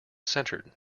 centered